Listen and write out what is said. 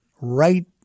right